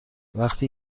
وقتی